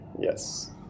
yes